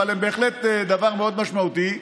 אבל הם בהחלט דבר מאוד משמעותי.